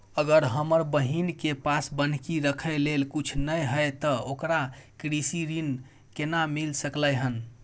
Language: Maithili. अगर हमर बहिन के पास बन्हकी रखय लेल कुछ नय हय त ओकरा कृषि ऋण केना मिल सकलय हन?